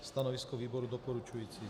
Stanovisko výboru doporučující.